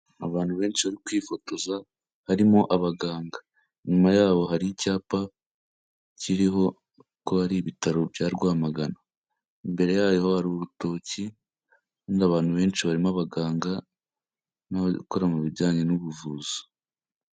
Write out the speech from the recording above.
Abantu benshi bari kwifotoza harimo abaganga. Inyuma yabo hari icyapa kiriho ko hari ibitaro bya Rwamagana. Imbere yayo hari urutoki n'abantu benshi barimo abaganga n'abakora mu bijyanye n'ubuvuzi.